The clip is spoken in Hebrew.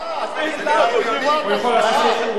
הוא יכול להשיב איך שהוא רוצה.